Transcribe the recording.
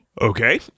Okay